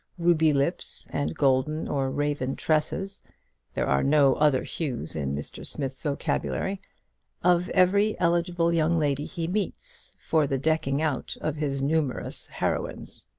ruby lips, and golden or raven tresses there are no other hues in mr. smith's vocabulary of every eligible young lady he meets, for the decking out of his numerous heroines.